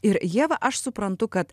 ir ieva aš suprantu kad